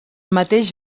mateix